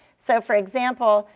so for example,